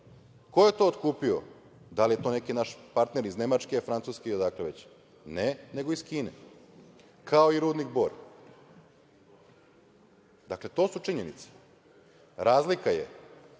Ko je to otkupio? Da li je to neki naš partner iz Nemačke, Francuske i odakle već? Ne, nego iz Kine, kao i rudnik "Bor". Dakle, to su činjenice. Razlika je